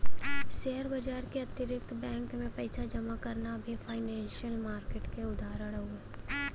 share बाजार के अतिरिक्त बैंक में पइसा जमा करना भी फाइनेंसियल मार्किट क उदाहरण हउवे